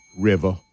River